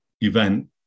event